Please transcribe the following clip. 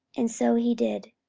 and so he did.